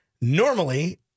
Normally